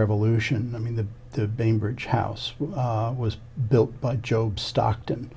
revolution i mean the bainbridge house was built by joe stockton